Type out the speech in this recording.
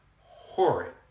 horrid